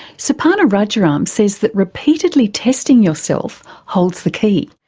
suparna rajaram says that repeatedly testing yourself holds the key.